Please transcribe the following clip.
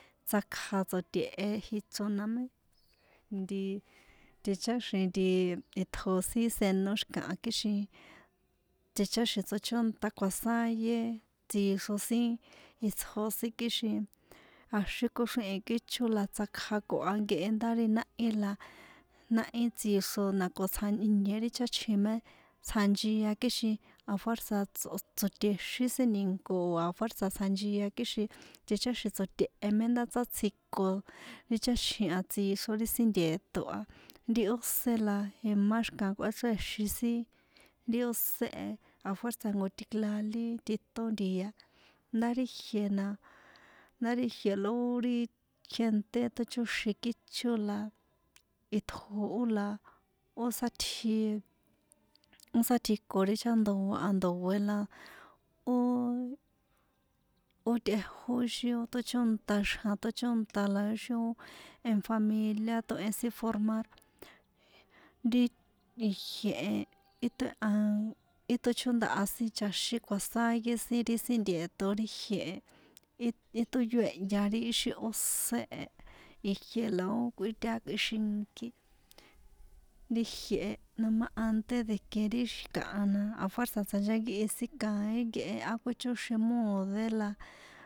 Tsakja tsoṭehe jichro na mé nti ticháxi̱n nti itjo sin senó xi̱kaha kixin ticháxi̱n tsochónta kjuasáye tsixro sin itsjo sin kixin axín koxríhi̱n kícho la tsákja koha nkehe ndá ri náhí la náhí tsixro na ko tsja ìnie ri cháchjin mé tsjanchia kixin afuérza̱ tso tsoṭèxin sin ni̱nko afuérza̱ tsjanchia kixin ticháxi̱n tsoṭehe mé ndá sátsjiko ri cháchjin a tsixro ri sin nteṭo a ri ósé la imá xi̱kaha kꞌuéchrèxin sin ri ósé e afuérza̱ jnko tikjalí tꞌiton ntia ndá ri jie na ndá ri ijie la ó ri gente tóchóxin kícho la itjo ó la ó sátji ó sátjiko ri chajandoa a ndoe la óoo ó tꞌejó ixi ó tóchónta ixjan ó tóchónta la ixi o en familia tóhen sin formar ri ijie e í toehan í tóchondaha sin chaxín kjuasáye sin ri sin nteṭo ri jie e í í tóyèhya ri ixi ósé e ijie la ó kuitꞌiaxinkí ri ijie e noma ante de que ri xi̱kaha na afuérza̱ tsjanchankíhi sin kaín nkehe á koihcóxin mòdoe la á.